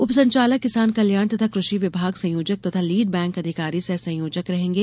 उप संचालक किसान कल्याण तथा क्रषि विभाग संयोजक तथा लीड बैंक अधिकारी सहसंयोजक रहेंगे